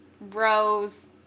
rose